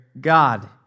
God